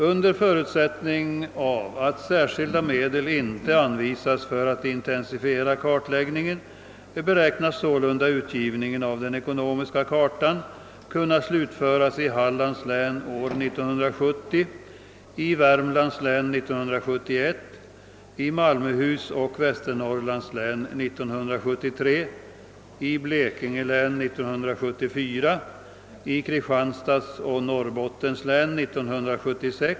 Under förutsättning att särskilda medel inte anvisas för att intensifiera kartläggningen beräknas således utgivningen av den ekonomiska kartan kunna slutföras i Hallands län år 1970, i Värmlands län år 1971, i Malmöhus och Västernorrlands län år 1973, i Blekinge län år 1974 och i Kristianstads och Norrbottens län år 1976.